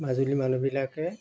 মাজুলীৰ মানুহবিলাকে